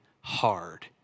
hard